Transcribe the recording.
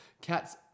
Cats